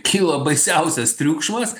kilo baisiausias triukšmas